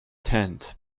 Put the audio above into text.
tent